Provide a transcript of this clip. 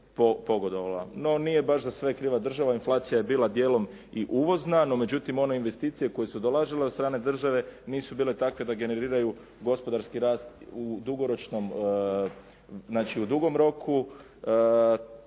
No, nije baš za sve kriva država. Inflacija je bila dijelom i uvozna, no međutim one investicije koje su dolazile od strane države nisu bile takve da generiraju gospodarski rast u dugoročnom, znači u dugom roku.